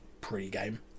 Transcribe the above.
pre-game